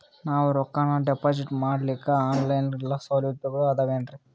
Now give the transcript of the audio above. ನಾವು ರೊಕ್ಕನಾ ಡಿಪಾಜಿಟ್ ಮಾಡ್ಲಿಕ್ಕ ಆನ್ ಲೈನ್ ಸೌಲಭ್ಯಗಳು ಆದಾವೇನ್ರಿ?